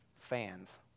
fans